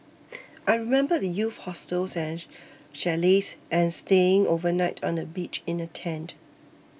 I remember the youth hostels chalets and staying overnight on the beach in a tent